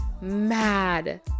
mad